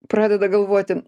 pradeda galvoti